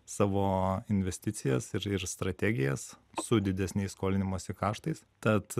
savo investicijas ir ir strategijas su didesniais skolinimosi kaštais tad